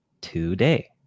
today